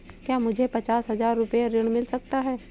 क्या मुझे पचास हजार रूपए ऋण मिल सकता है?